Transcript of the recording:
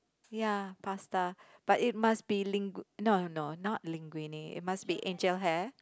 ya pasta but it must be lin~ no no not linguine it must be angel hair